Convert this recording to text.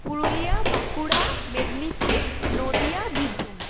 Purulia Bankura Medinipur Nadia Birbhum